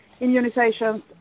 immunizations